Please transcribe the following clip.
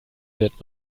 wird